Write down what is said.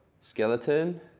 skeleton